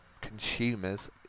consumers